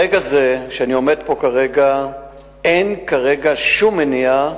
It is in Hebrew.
ברגע זה שאני עומד פה אין שום מניעה,